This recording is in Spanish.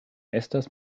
estas